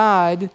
God